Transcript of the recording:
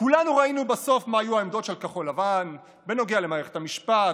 כולנו ראינו בסוף מה היו העמדות של כחול לבן בנוגע למערכת המשפט,